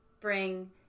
bring